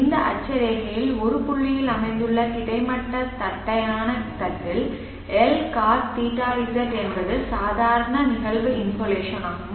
இந்த அட்சரேகை இல் ஒரு புள்ளியில் அமைந்துள்ள கிடைமட்ட தட்டையான தட்டில் L COS θZ என்பது சாதாரண நிகழ்வு இன்சோலேஷன் ஆகும்